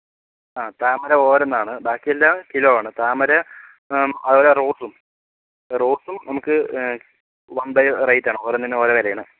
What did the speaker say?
ആ താമര ഓരോന്നാണ് ബാക്കിയെല്ലാം കിലോ ആണ് താമര അതുപോല റോസും റോസും നമുക്ക് വൺ ബൈ റേറ്റാണ് ഓരോന്നിന് ഓരോ വിലയാണ്